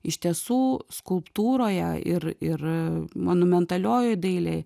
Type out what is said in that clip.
iš tiesų skulptūroje ir ir monumentaliojoj dailėj